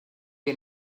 que